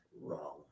wrong